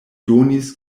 donis